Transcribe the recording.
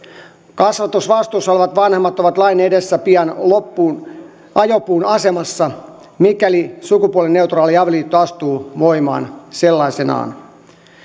kasvatusvastuussa olevat vanhemmat ovat lain edessä pian ajopuun asemassa mikäli sukupuolineutraali avioliitto astuu voimaan sellaisenaan